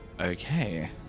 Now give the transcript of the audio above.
Okay